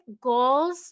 goals